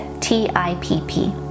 T-I-P-P